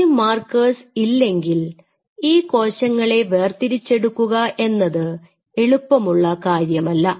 ഈ മാർക്കേഴ്സ് ഇല്ലെങ്കിൽ ഈ കോശങ്ങളെ വേർതിരിച്ചെടുക്കുക എന്നത് എളുപ്പമുള്ള കാര്യമല്ല